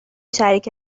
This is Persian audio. شریک